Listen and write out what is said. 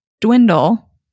dwindle